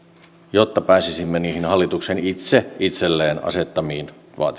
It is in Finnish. jotta pääsisimme niihin hallituksen itse itselleen asettamiin